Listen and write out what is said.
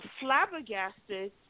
flabbergasted